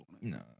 No